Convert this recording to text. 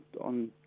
on